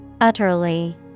Utterly